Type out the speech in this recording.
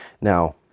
Now